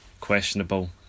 questionable